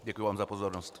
Děkuji vám za pozornost.